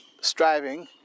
striving